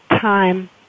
time